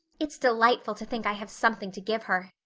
it's delightful to think i have something to give her.